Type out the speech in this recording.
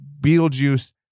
Beetlejuice